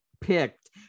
picked